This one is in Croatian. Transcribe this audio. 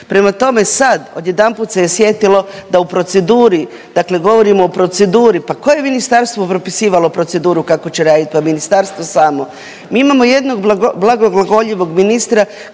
Prema tome, sad odjedanput se je sjetilo da u proceduri, dakle govorimo o proceduri, pa tko je ministarstvu propisivalo proceduru kako će radit, pa ministarstvo samo. Mi imamo jednog blago, blagoglagoljivog ministra